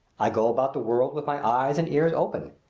i go about the world with my eyes and ears open.